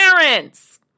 parents